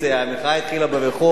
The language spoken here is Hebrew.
המחאה התחילה ברחוב.